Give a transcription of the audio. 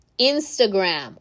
Instagram